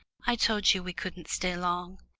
i told you we couldn't stay long.